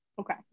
Okay